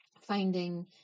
finding